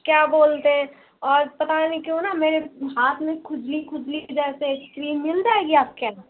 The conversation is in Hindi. क्या बोलते हें और पता नई क्यूँ न मेरे हाथ में खुजली खुजली जैसे क्रीम मिल जाएगी आपके यहाँ